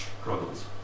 struggles